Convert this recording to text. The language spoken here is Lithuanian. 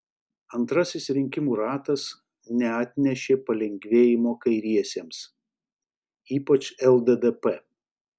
antrasis rinkimų ratas neatnešė palengvėjimo kairiesiems ypač lddp